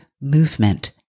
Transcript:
movement